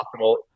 optimal